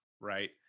right